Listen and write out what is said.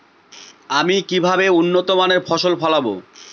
আমি কিভাবে উন্নত মানের ফসল ফলাবো?